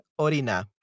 orina